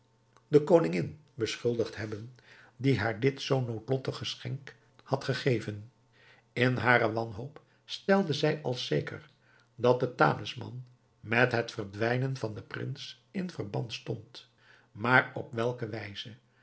de koningin beschuldigd hebben die haar dit zoo noodlottig geschenk had gegeven in hare wanhoop stelde zij als zeker dat de talisman met het verdwijnen van den prins in verband stond maar op welke wijze